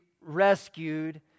rescued